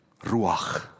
Ruach